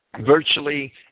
virtually